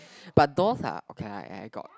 but dolls are okay I I got